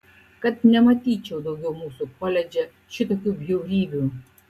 kad nematyčiau daugiau mūsų koledže šitokių bjaurybių